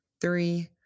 three